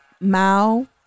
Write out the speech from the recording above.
Mao